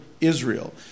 israel